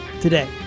today